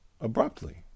abruptly